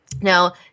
Now